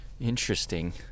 Interesting